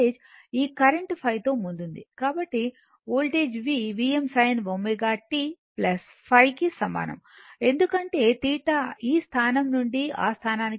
కాబట్టి voltage v Vm sin ω t ϕ కు సమానం ఎందుకంటే θ ఈ స్థానం నుండి ఆ స్థానానికి కదులుతోంది